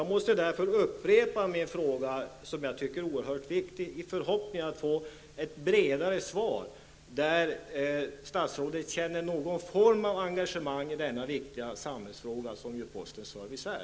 Jag måste därför upprepa min fråga, som jag tycker är oerhört viktig, i förhoppning om att få ett bredare svar: Känner statsrådet någon form av engagemang i den viktiga samhällsuppgift som postens service är?